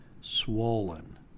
swollen